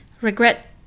Regret